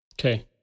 Okay